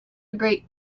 great